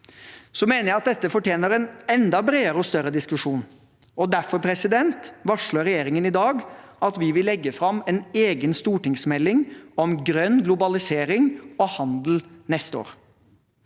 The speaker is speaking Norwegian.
Så mener jeg at dette fortjener en enda bredere og større diskusjon. Derfor varsler regjeringen i dag at vi vil legge fram en egen stortingsmelding om grønn globalisering og handel neste år.